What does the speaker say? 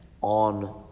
on